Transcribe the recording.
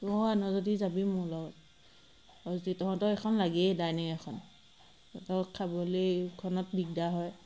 তয়ো আন যদি যাবি মোৰ লগত লৱ যদি তহঁতৰ এখন লাগেই ডাইনিং এখন তহঁতৰ খাবলৈ এইখনত দিগদাৰ হয়